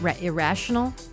irrational